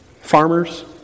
Farmers